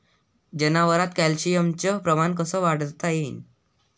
जनावरात कॅल्शियमचं प्रमान कस वाढवता येईन?